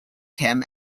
him